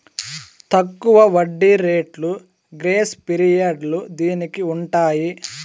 తక్కువ వడ్డీ రేట్లు గ్రేస్ పీరియడ్లు దీనికి ఉంటాయి